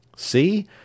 See